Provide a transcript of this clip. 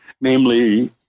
namely